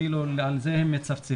אפילו על זה הם מצפצפים.